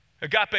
Agape